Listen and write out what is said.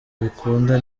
bikunda